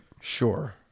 Sure